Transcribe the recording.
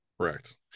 Correct